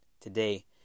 today